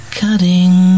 cutting